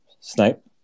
Snipe